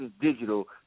Digital